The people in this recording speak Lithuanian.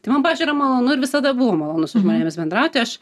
tai man pavyzdžiui yra malonu ir visada buvo malonu su žmonėmis bendrauti aš